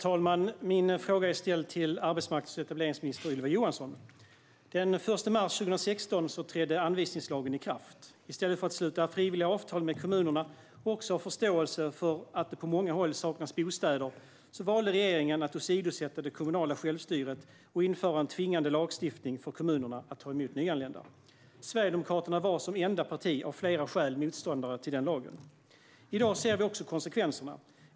Herr talman! Jag ställer min fråga till arbetsmarknads och etableringsminister Ylva Johansson. Den 1 mars 2016 trädde anvisningslagen i kraft. I stället för att sluta frivilliga avtal med kommunerna och också ha förståelse för att det på många håll saknas bostäder valde regeringen att åsidosätta det kommunala självstyret och införa en tvingande lagstiftning för kommunerna om att de ska ta emot nyanlända. Sverigedemokraterna var som enda parti och av flera skäl motståndare till den lagen. I dag ser vi konsekvenserna.